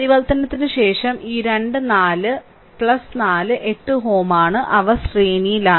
പരിവർത്തനത്തിന് ശേഷം ഈ രണ്ട് 4 4 8Ω ആണ് അവ ശ്രേണിയിലാണ്